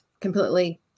completely